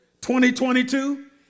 2022